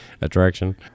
attraction